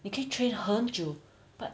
你可以 train 很久 but